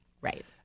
Right